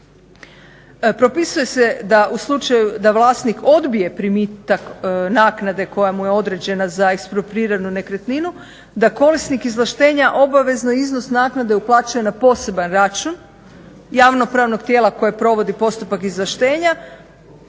Propisuje se da u slučaju da vlasnik odbije primitak naknade koja mu je određena za ekspropriranu nekretninu da korisnik izvlaštenja obavezno iznos naknade uplaćuje na poseban račun javno-pravnog tijela koje provodi postupak izvlaštenja